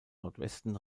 nordwesten